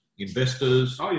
investors